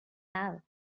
have